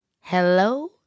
hello